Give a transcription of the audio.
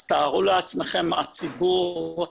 אז תארו לעצמכם מה הציבור עובר.